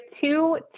two